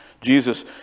Jesus